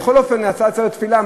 בכל אופן הייתה עצרת תפילה,